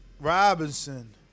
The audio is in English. Robinson